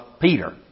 Peter